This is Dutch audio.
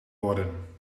worden